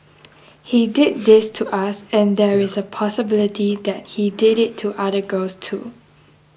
he did this to us and there is a possibility that he did it to other girls too